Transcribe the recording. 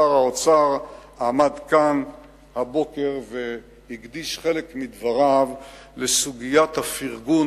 שר האוצר עמד כאן הבוקר והקדיש חלק מדבריו לסוגיית הפרגון